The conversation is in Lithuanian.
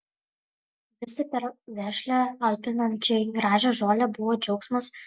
bristi per vešlią alpinančiai gražią žolę buvo džiaugsmas